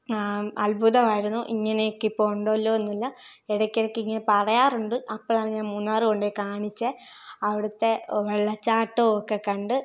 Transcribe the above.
അത്ഭുതമായിരുന്നു ഇങ്ങനെയൊക്കെ ഇപ്പോൾ ഉണ്ടല്ലോ എന്നുള്ള ഇടയ്ക്ക് ഇടയ്ക്ക് ഇങ്ങനെ പറയാറുണ്ട് അപ്പോഴാണ് ഞാൻ മൂന്നാർ കൊണ്ട് കാണിച്ചത് അവിടത്തെ വെള്ളച്ചാട്ടമൊക്കെ കണ്ടു